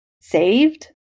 saved